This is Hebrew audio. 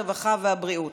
הרווחה והבריאות.